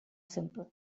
simple